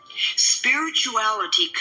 Spirituality